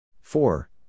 Four